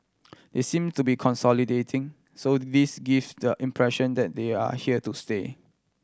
they seem to be consolidating so this gives the impression that they are here to stay